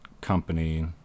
company